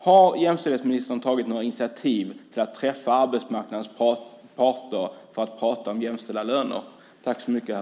Har jämställdhetsministern tagit några initiativ till att träffa arbetsmarknadens parter och prata om jämställda löner?